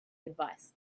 advice